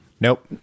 nope